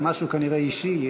זה משהו כנראה אישי,